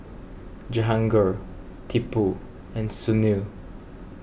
Jehangirr Tipu and Sunil